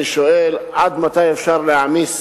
אני שואל: עד מתי אפשר להעמיס